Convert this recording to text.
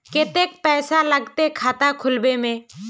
केते पैसा लगते खाता खुलबे में?